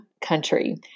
country